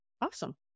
Awesome